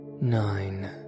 nine